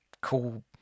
cool